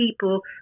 people